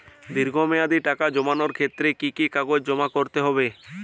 দীর্ঘ মেয়াদি টাকা জমানোর ক্ষেত্রে কি কি কাগজ জমা করতে হবে?